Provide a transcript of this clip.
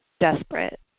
desperate